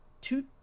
two